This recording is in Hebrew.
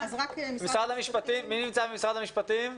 מי נמצא ממשרד המשפטים?